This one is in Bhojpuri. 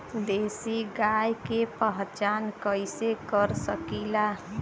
देशी गाय के पहचान कइसे कर सकीला?